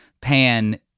pan